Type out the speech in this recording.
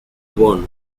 von